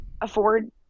afford